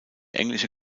englische